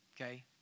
Okay